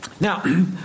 Now